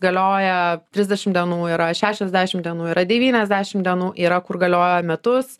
galioja trisdešim dienų yra šešiasdešim dienų yra devyniasdešim dienų yra kur galioja metus